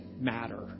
matter